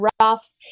rough